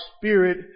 spirit